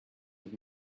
with